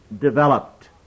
developed